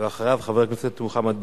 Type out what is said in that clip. ואחריו, חבר הכנסת מוחמד ברכה.